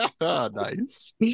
Nice